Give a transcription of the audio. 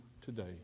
today